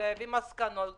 ולהביא מסקנות,